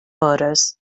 voters